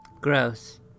Gross